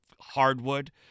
hardwood